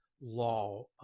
law